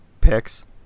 picks